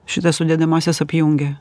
šitas sudedamąsias apjungia